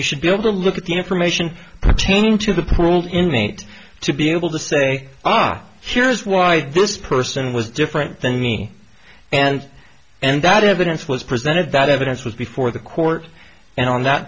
you should be able to look at the information pertaining to the poor old inmate to be able to say ah here's why do this person was different than me and and that evidence was presented that evidence was before the court and on that